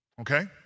Okay